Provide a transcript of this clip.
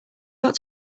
got